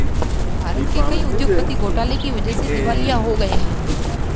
भारत के कई उद्योगपति घोटाले की वजह से दिवालिया हो गए हैं